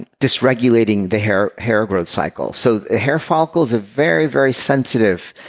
dysregulating the hair hair growth cycle so the hair follicle is ah very, very sensitive.